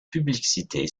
publicité